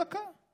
דקה.